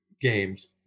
games